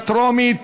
אומנה לילדים